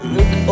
Look